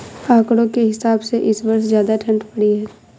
आंकड़ों के हिसाब से इस वर्ष ज्यादा ठण्ड पड़ी है